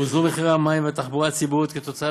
הורדו מחירי המים והתחבורה הציבורית כתוצאה